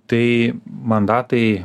tai mandatai